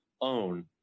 own